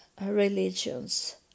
religions